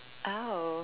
oh